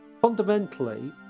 Fundamentally